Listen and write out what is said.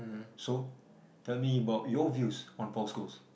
so tell me about your views about Paul-Coles